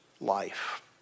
life